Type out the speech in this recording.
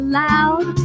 loud